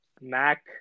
Mac